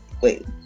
Wait